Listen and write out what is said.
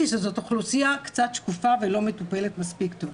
שזו אוכלוסייה קצת שקופה ולא מטופלת מספיק טוב.